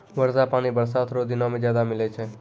वर्षा पानी बरसात रो दिनो मे ज्यादा मिलै छै